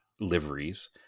liveries